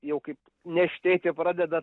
jau kaip nieštėti pradeda